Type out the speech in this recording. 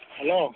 hello